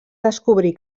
descobrí